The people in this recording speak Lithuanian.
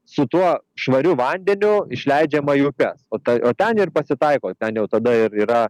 su tuo švariu vandeniu išleidžiama į upes o tai o ten ir pasitaiko ten jau tada ir yra